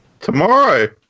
Tomorrow